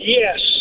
yes